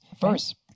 First